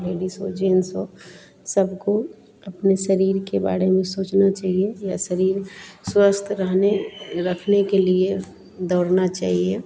ladies हो gents हो सबको अपने शरीर के बारे में सोचना चाहिए या शरीर स्वस्थ रहने रखने के लिए दौड़ना चाहिए